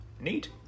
Neat